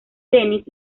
tenis